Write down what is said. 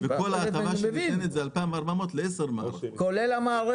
וכל ההטבה שניתנת זה 2,400 לעשר מערכות.